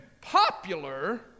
popular